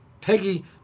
Peggy